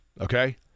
okay